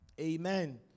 Amen